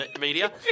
media